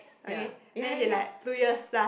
okay then they like two years plus